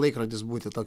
laikrodis būti toks